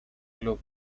club